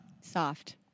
Soft